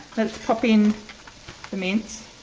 let's pop in the mince.